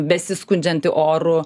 besiskundžianti oru